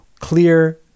Clear